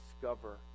discover